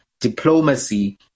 diplomacy